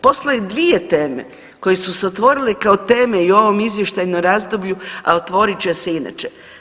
Postoje dvije teme koje su se otvorile kao teme i u ovom izvještajnom razdoblju, a otvorit će se inače.